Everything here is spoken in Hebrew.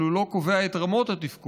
אבל הוא לא קובע את רמות התפקוד,